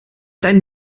deinen